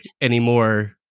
anymore